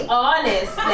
honest